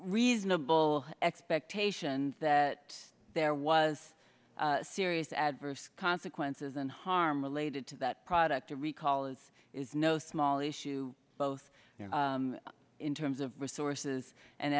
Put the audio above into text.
reasonable expectation that there was serious adverse consequences and harm related to that product recall its is no small issue both in terms of resources and